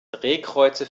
drehkreuze